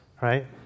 right